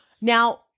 Now-